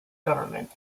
government